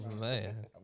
man